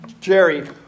Jerry